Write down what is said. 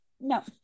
No